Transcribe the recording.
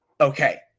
Okay